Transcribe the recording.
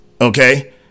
Okay